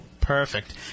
Perfect